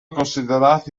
considerati